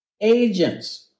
agents